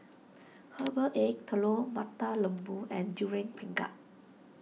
Herbal Egg Telur Mata Lembu and Durian Pengat